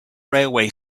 railway